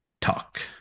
talk